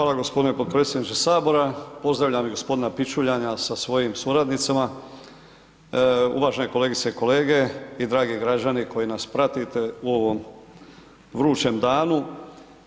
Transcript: Hvala gospodine potpredsjedniče Sabora, pozdravljam i gospodina Pičuljana sa svojim suradnicama, uvažene kolegice i kolege i dragi građani koji nas pratite u ovom vrućem danu,